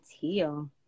teal